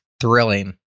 Thrilling